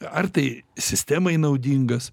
ar tai sistemai naudingas